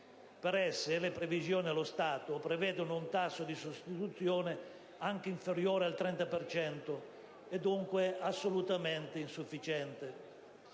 Per essi le previsioni, allo stato, sono un tasso di sostituzione anche inferiore al 30 per cento, e dunque assolutamente insufficiente.